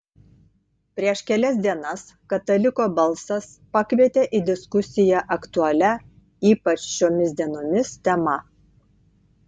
prieš kelias dienas kataliko balsas pakvietė į diskusiją aktualia ypač šiomis dienomis tema